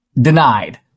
denied